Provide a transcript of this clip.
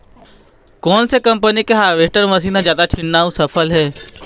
कोन से कम्पनी के हारवेस्टर मशीन हर जादा ठीन्ना अऊ सफल हे?